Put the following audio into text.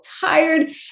tired